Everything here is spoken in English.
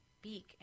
speak